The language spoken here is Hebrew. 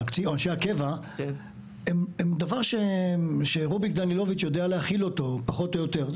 אנשי הקבע הם דבר שרוביק דנילוביץ' יודע להכיל אותו פחות או יותר.